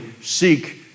seek